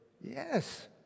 Yes